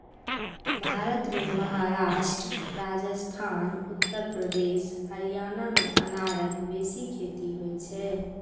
भारत मे महाराष्ट्र, राजस्थान, उत्तर प्रदेश, हरियाणा मे अनारक बेसी खेती होइ छै